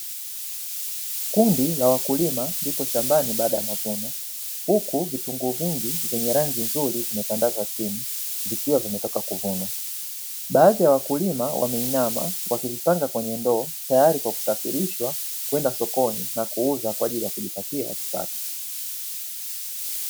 Kundi la wakulima lipo shambani baada ya mavuno, huku vitunguu vingi vyenye rangi nzuri vimetandazwa chini vikiwa vimetoka kuvunwa. Baadhi ya wakulima wameinama wakivipanga kwenye ndoo tayari kwa kusafirishwa kwenda sokoni na kuuza kwa ajili ya kujipatia kipato.